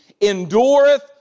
endureth